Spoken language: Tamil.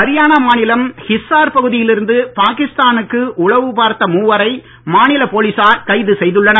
ஹரியானா மாநிலம் ஹிஸ்ஸார் பகுதியில் இருந்து பாகிஸ்தா னுக்கு உளவு பார்த்த மூவரை மாநில போலீசார் கைது செய்துள்ளனர்